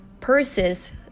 purses